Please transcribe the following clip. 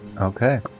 Okay